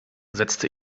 setzte